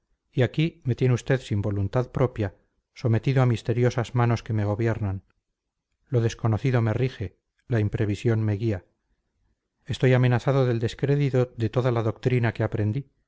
y aquí me tiene usted sin voluntad propia sometido a misteriosas manos que me gobiernan lo desconocido me rige la imprevisión me guía estoy amenazado del descrédito de toda la doctrina que aprendí